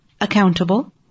accountable